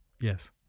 Yes